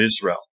Israel